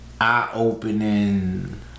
eye-opening